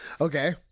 okay